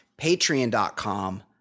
Patreon.com